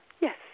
Yes